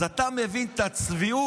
אז אתה מבין את הצביעות,